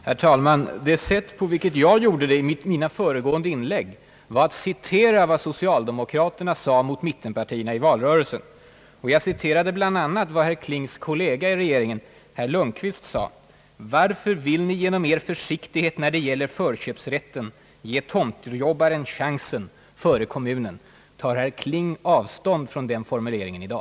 Herr talman! Vad jag gjort i mina föregående inlägg var att hänvisa till vad socialdemokraterna sade gentemot mittenpartierna i valrörelsen. Jag citerade bl.a. vad herr Klings kollega i regeringen, herr Lundkvist, sade: »Varför vill ni genom er försiktighet när det gäller förköpsrätten ge tomtjobbaren chansen före kommunen?» Tar herr Kling avstånd från den formuleringen i dag?